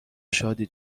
شادی